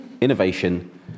Innovation